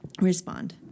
respond